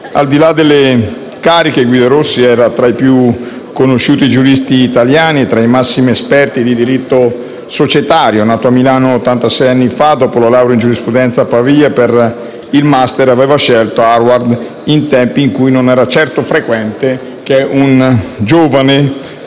Al di là delle cariche, Guido Rossi era tra i più conosciuti giuristi italiani e tra i massimi esperti di diritto societario. Nato a Milano ottantasei anni fa, dopo la laurea in giurisprudenza a Pavia, per il *master* aveva scelto Harvard, in tempi in cui non era certo frequente che un giovane